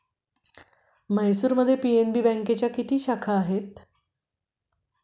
म्हैसूरमध्ये पी.एन.बी बँकेच्या किती शाखा आहेत?